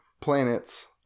planets